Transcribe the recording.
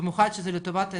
במיוחד שזה לטובת אזרח,